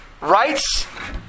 rights